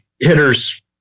hitters